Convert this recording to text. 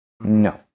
No